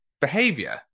behavior